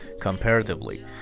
comparatively